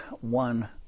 one